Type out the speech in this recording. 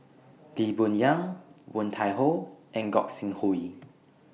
Lee Boon Yang Woon Tai Ho and Gog Sing Hooi